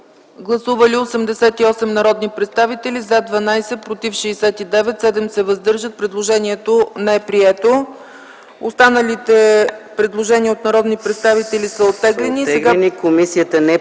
Гласували 88 народни представители: за 12, против 69, въздържали се 7. Предложението не е прието. Останалите предложения от народни представители са оттеглени.